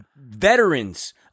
veterans